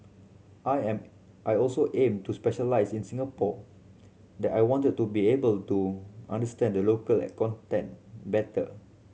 I am I also aim to specialise in Singapore that I wanted to be able to understand the local better